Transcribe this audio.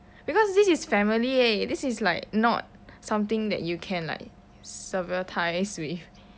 because this is family eh this is like not something that you can like sever ties with